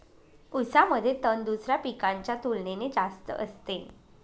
ऊसामध्ये तण दुसऱ्या पिकांच्या तुलनेने जास्त असते